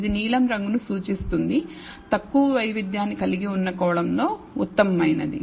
ఇది నీలం రంగును సూచిస్తుంది తక్కువ వైవిధ్యాన్నికలిగి ఉన్న కోణంలో ఉత్తమమైనది